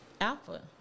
alpha